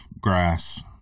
Grass